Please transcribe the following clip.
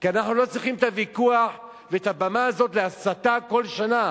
כי אנחנו לא צריכים את הוויכוח ואת הבמה הזאת להסתה כל שנה.